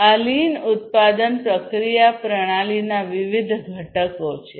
આ લીન ઉત્પાદન પ્રક્રિયા પ્રણાલીના વિવિધ ઘટકો છે